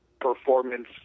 performance